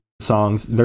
songs